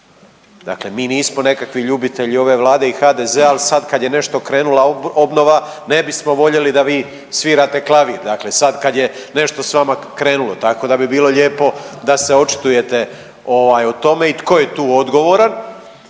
Dakle mi nismo nekakvi ljubitelji ove Vlade i HDZ-a, ali sad kad je nešto krenula obnova, ne bismo voljeli da vi svirate klavir, dakle sad kad je nešto s vama krenulo, tako da bi bilo lijepo da se očitujete ovaj, o tome i tko je tu odgovoran